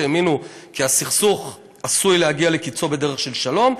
שהאמינו כי הסכסוך עשוי להגיע לקצו בדרך של שלום.